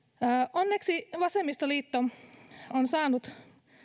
onneksi vasemmistoliitto on saanut